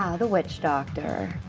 the witch doctor.